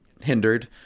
hindered